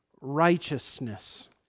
righteousness